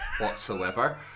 whatsoever